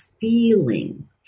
feeling